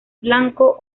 blanco